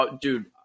dude